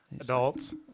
Adults